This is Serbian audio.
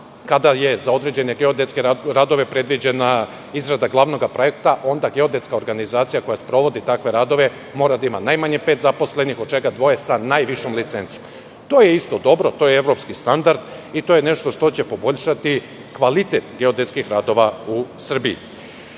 kada je za određene geodetske radove predviđena izrada glavnog projekta, onda geodetska organizacija koja sprovodi takve radove mora da ima najmanje pet zaposlenih, od čega dvoje sa najvišom licencom. To je isto dobro, to je evropski standard i to je nešto što će poboljšati kvalitet geodetskih radova u Srbiji. Što